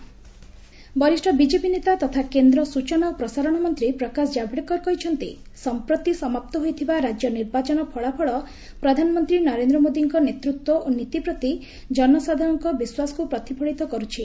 ପ୍ରକାଶ ଜାବ୍ଡେକର ବରିଷ୍ଣ ବିକେପି ନେତା ତଥା କେନ୍ଦ୍ର ସ୍ନଚନା ଓ ପ୍ରସାରଣ ମନ୍ତ୍ରୀ ପ୍ରକାଶ ଜାବ୍ଡେକର କହିଛନ୍ତି ସମ୍ପ୍ରତି ସମାପ୍ତ ହୋଇଥିବା ରାଜ୍ୟ ନିର୍ବାଚନ ଫଳାଫଳ ପ୍ରଧାନମନ୍ତ୍ରୀ ନରେନ୍ଦ୍ର ମୋଦିଙ୍କ ନେତୃତ୍ୱ ଓ ନୀତି ପ୍ରତି ଜନସାଧାରଣଙ୍କର ବିଶ୍ୱାସକୁ ପ୍ରତିଫଳିତ କରୁଛି